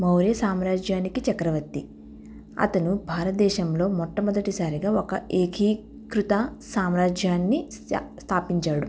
మౌర్య సామ్రాజ్యానికి చక్రవర్తి అతను భారతదేశంలో మొట్టమొదటిసారిగా ఒక ఏకీకృత సామ్రాజ్యాన్ని సా స్థాపించాడు